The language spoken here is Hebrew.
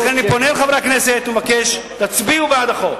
לכן אני פונה אל חברי הכנסת ומבקש: תצביעו בעד החוק.